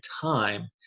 time